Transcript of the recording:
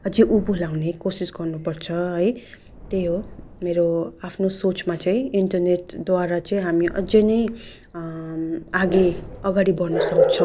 अझै उँभो लगाउने कोसिस गर्नुपर्छ है त्यही हो मेरो आफ्नो सोचमा चाहिँ इन्टरनेटद्वारा चाहिँ हामी अझै नै आगे अगाडि बढ्नुसक्छौँ